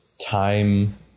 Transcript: time